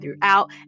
throughout